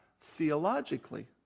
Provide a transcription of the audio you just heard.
theologically